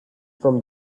from